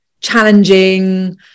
challenging